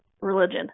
religion